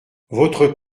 votre